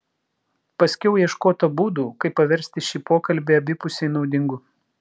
paskiau ieškota būdų kaip paversti šį pokalbį abipusiai naudingu